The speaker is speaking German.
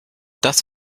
das